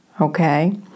okay